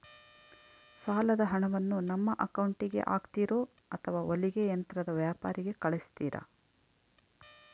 ಸಾಲದ ಹಣವನ್ನು ನಮ್ಮ ಅಕೌಂಟಿಗೆ ಹಾಕ್ತಿರೋ ಅಥವಾ ಹೊಲಿಗೆ ಯಂತ್ರದ ವ್ಯಾಪಾರಿಗೆ ಕಳಿಸ್ತಿರಾ?